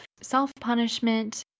self-punishment